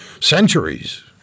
centuries